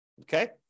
Okay